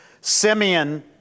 Simeon